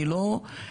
אני לא מתחמק,